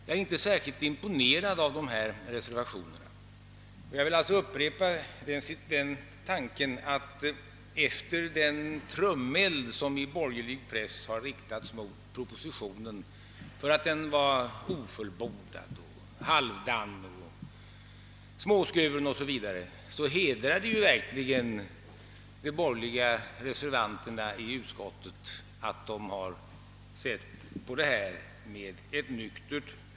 Jag är inte särskilt imponerad av ifrågavarande reservationer, och jag vill säga att efter den trumeld som i borgerlig press har riktats mot propositionen för att den var ofullbordad, halvdan, småskuren o. s. v. hedrar det verkligen de borgerliga reservanterna i utskottet att de har sett nyktert på denna fråga.